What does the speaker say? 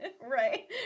Right